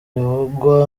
zivugwa